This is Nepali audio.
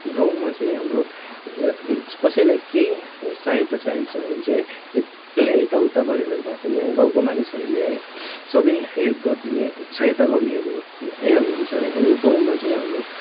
गाउँमा चाहिँ हाम्रो कसैलाई केही साहयता चाइएको छ भने चाहिँ यताउता गरेर भए पनि है गाउँको मानिसहरूले है सबै हेल्प गरिदिने सहायता गर्नेहरू आइहाल्नुहुन्छ है अनि गाउँमा चाहिँ हाम्रो